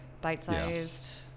Bite-sized